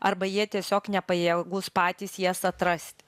arba jie tiesiog nepajėgūs patys jas atrast